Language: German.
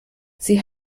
sie